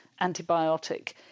antibiotic